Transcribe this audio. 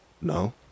No